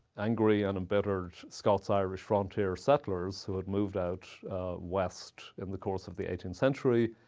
angry and and bitter scots-irish frontier settlers who had moved out west in the course of the eighteenth century.